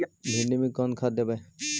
भिंडी में कोन खाद देबै?